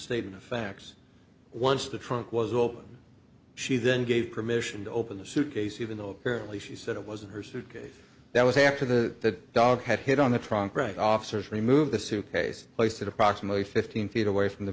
of facts once the trunk was open she then gave permission to open the suitcase even though apparently she said it wasn't her suitcase that was after the dog had hit on the trunk right officers remove the suitcase placed it approximately fifteen feet away from the